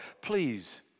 Please